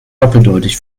doppeldeutig